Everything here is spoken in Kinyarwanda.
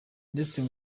ndetse